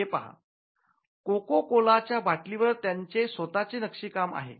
हे पहा Coca Cola च्या बाटलीवर त्यांचे स्वतःचे नक्षीकाम आहे